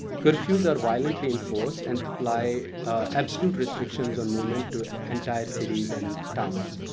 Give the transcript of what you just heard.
curfews are violently enforced, and apply absolute restrictions on movement to entire cities and towns,